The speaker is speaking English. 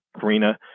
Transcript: Karina